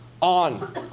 on